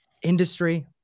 industry